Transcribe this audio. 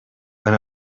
when